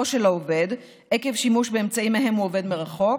של העובד עקב שימוש באמצעים שמהם הוא עובד מרחוק,